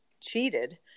cheated